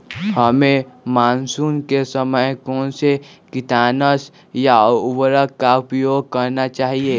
हमें मानसून के समय कौन से किटनाशक या उर्वरक का उपयोग करना चाहिए?